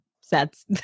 sets